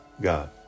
God